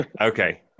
Okay